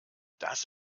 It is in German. das